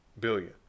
billion